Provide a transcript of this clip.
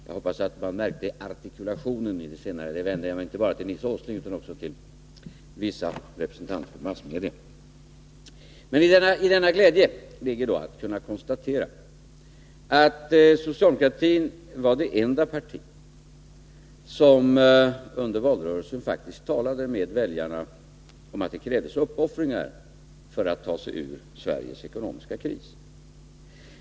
Jag hoppas att artikulationen märktes, och med det vänder jag mig inte bara till Nils Åsling utan också till vissa representanter för massmedia. Denna glädje ligger i att kunna konstatera att socialdemokraterna var det enda parti som under valrörelsen faktiskt talade med väljarna om att det krävdes uppoffringar för att ta sig ur Sveriges ekonomiska kris.